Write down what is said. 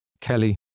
Kelly